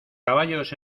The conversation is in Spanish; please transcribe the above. caballos